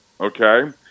Okay